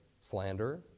slander